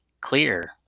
clear